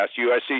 USC